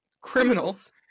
criminals